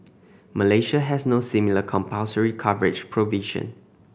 Malaysia has no similar compulsory coverage provision